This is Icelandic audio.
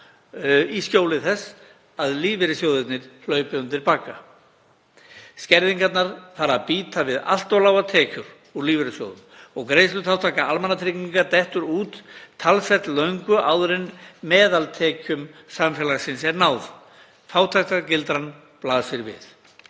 í skjóli þess að lífeyrissjóðirnir hlaupi undir bagga. Skerðingarnar fara að bíta við allt of lágar tekjur úr lífeyrissjóðum og greiðsluþátttaka almannatrygginga dettur út talsvert löngu áður en meðaltekjum samfélagsins er náð. Fátæktargildran blasir við.